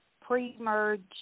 Pre-merge